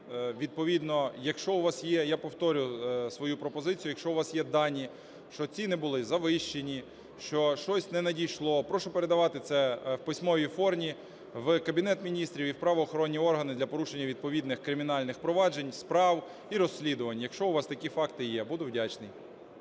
Відповідно, якщо у вас є, я повторюю свою пропозицію, якщо у вас є дані, що ціни були завищені, що щось не надійшло, прошу передавати це в письмовій формі в Кабінет Міністрів і в правоохоронні органи для порушення відповідних кримінальних проваджень, справ і розслідувань, якщо у вас такі факти є. Буду вдячний.